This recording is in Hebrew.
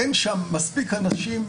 מה פירוש כללי הצדק הטבעי?